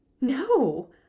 No